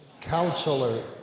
Counselor